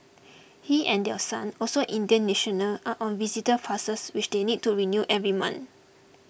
he and their son also an Indian national are on visitor passes which they need to renew every month